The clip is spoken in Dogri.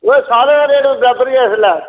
ओह् सारे रेट बराबर गै इसलै